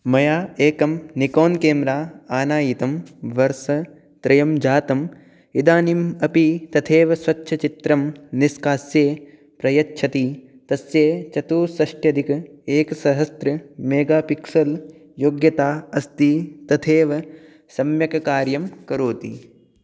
मया एकं Nikon camera आनायितं वर्षत्रयं जातम् इदानीम् अपि तथैव स्वच्छचित्रं निष्कास्य प्रयच्छति तस्य चतुःषष्ट्यधिक एकसहस्र मेगापिक्सेल् योग्यता अस्ति तथैव सम्यक् कार्यं करोति